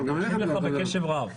אני מקשיב לך בקשב רב.